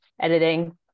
editing